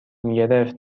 میگرفت